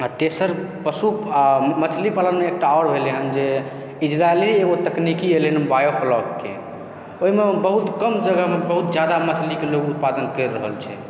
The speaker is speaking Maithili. आ तेसर पशु आ मछली पालनमे एकटा आओर भेलय हन जे इजरायली एगो तकनीकि एलय हन बायोप्लाटके ओहिमे बहुत कम जगहमे बहुत जादा मछलीके लोग उत्पादन करि रहल छै